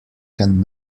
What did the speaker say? can